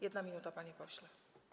1 minuta, panie pośle.